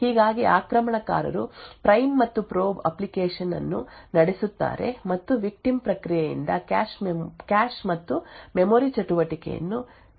ಹೀಗಾಗಿ ಆಕ್ರಮಣಕಾರರು ಪ್ರೈಮ್ ಮತ್ತು ಪ್ರೋಬ್ ಅಪ್ಲಿಕೇಶನ್ ಅನ್ನು ನಡೆಸುತ್ತಾರೆ ಮತ್ತು ವಿಕ್ಟಿಮ್ ಪ್ರಕ್ರಿಯೆಯಿಂದ ಕ್ಯಾಶ್ ಮತ್ತು ಮೆಮೊರಿ ಚಟುವಟಿಕೆಯನ್ನು ಮೇಲ್ವಿಚಾರಣೆ ಮಾಡಲು ಸಾಧ್ಯವಾಗುತ್ತದೆ